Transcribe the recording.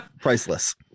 priceless